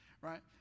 Right